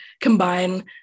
combine